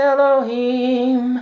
Elohim